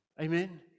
Amen